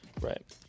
Right